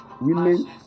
women